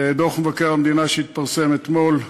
לדוח מבקר המדינה שהתפרסם אתמול.